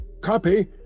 copy